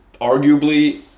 arguably